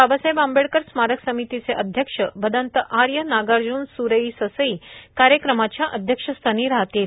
बाबासाहेब आंबेडकर स्मारक समितीचे अध्यक्ष भदंत आर्य नागार्जुन सुरेई ससई कार्यक्रमाच्या अध्यक्षस्थानी राहतील